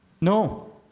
No